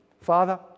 Father